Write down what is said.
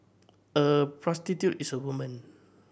a prostitute is a woman